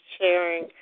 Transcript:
sharing